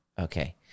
okay